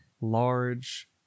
large